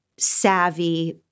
savvy